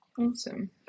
awesome